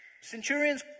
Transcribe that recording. Centurions